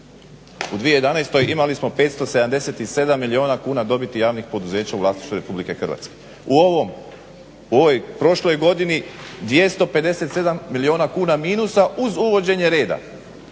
U 2011. imali smo 577 milijuna kuna dobiti javnih poduzeća u vlasništvu Republike Hrvatske. U ovoj prošloj godini 257 milijuna kuna minusa uz uvođenje reda.